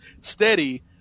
steady